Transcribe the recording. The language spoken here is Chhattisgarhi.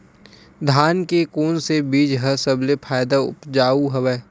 धान के कोन से बीज ह सबले जादा ऊपजाऊ हवय?